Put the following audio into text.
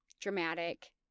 dramatic